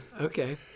Okay